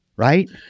Right